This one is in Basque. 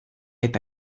eta